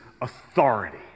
authority